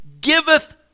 giveth